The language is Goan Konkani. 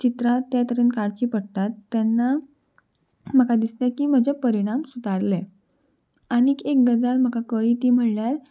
चित्रां ते तरेन काडची पडटात तेन्ना म्हाका दिसलें की म्हजे परिणाम सुदारले आनीक एक गजाल म्हाका कळ्ळी ती म्हणल्यार